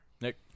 Nick